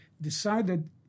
decided